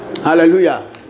Hallelujah